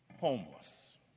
homeless